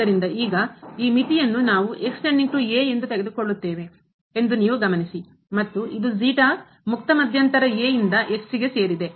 ಆದ್ದರಿಂದ ಈಗ ಈ ಮಿತಿಯನ್ನು ನಾವು ಎಂದು ತೆಗೆದುಕೊಳ್ಳುತ್ತೇವೆ ಎಂದು ನೀವು ಗಮನಿಸಿ ಮತ್ತು ಇದು ಮುಕ್ತ ಮಧ್ಯಂತರ ಸೇರಿದೆ